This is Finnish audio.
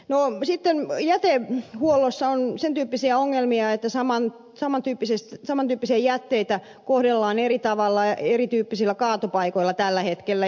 no sitten jätehuollossa on sen tyyppisiä ongelmia että saman tyyppisiä jätteitä kohdellaan eri tavalla erityyppisillä kaatopaikoilla tällä hetkellä